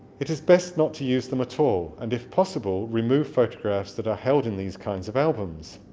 it is best not to use them at all, and if possible, remove photographs that are held in these kinds of albums